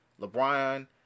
LeBron